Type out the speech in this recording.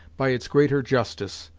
by its greater justice,